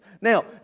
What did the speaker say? Now